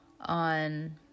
on